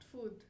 food